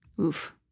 Oof